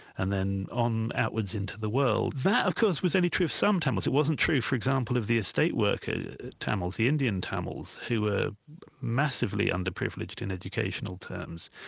and then on outwards into the world. that of course was only true of some tamils, it wasn't true for example of the estate worker tamils, the indian tamils, who were massively underprivileged in educational terms.